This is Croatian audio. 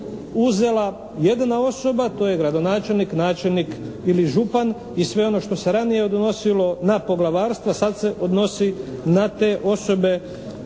uzela jedna osoba a to je gradonačelnik, načelnik ili župan i sve ono što se ranije odnosilo na poglavarstva sad se odnosi na te osobe